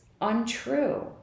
untrue